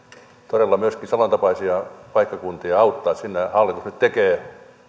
todella myöskin samantapaisia paikkakuntia auttaa sinne hallitus nyt tekee